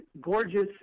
gorgeous